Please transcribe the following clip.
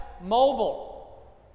mobile